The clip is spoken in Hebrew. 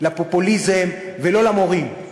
לפופוליזם ולא למורים.